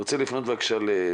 אני רוצה לפנות לליאורה.